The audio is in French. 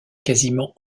quasiment